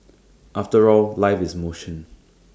after all life is motion